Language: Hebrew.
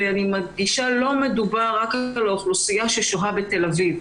ואני מדגישה שלא מדובר רק על האוכלוסייה ששוהה בתל אביב